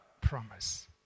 promise